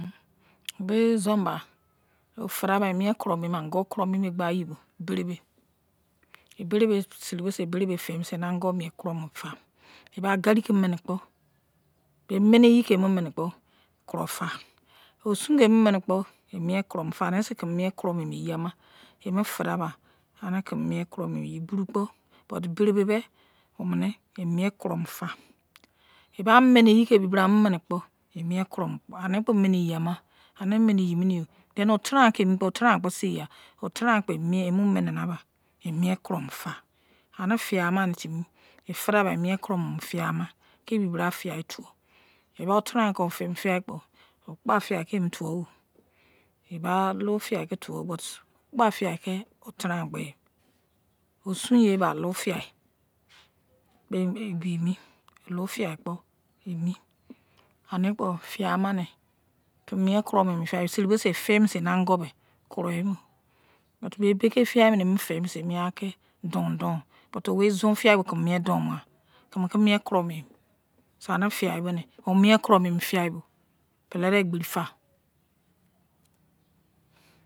Be izon ba o fara ba kru mene gba ye bo beribe, iberibe seri be se beribr fe me se ane ongu me mien kru mo fa, eba garri ke mena kpo men mene ye ke mo mene kpo knifa oson ke mu mene kpo mien kru mu fa ene se keme mien kni me yama ye me fe de ba ane keme mien kru mo mi ye ma buru kpo but beribe be omene mien kru mo fa eba mene ye ebi bra mu mene kpo mien kru ane kpo miene ye ma. then altral emi kpo altral seigha, altrai mien ma mene na ba mien kru mufa ane fiai ama ne timi fe de ba mien kru mo fiai ama ke ebi bra fia tuwu con fe mo fiai kpo, egba fiai ke mi tu wu by law fia ke tuwu kpo, oson ye ba lao fiai, dem biri ebi emi ane kpo fiaiana ne keme mien seri bo se fe bo angu me kru emi but me beke fiai me fe me se m ake don, don but wo izon fiai keme miem don ghan keme ke miem kru mo emi so ame fiai bo ne o mien keu mo mi fiai bo pele de egberi fa.